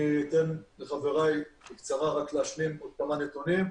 אני אתן לחבריי להשלים בקצרה כמה נתונים,